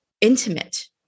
intimate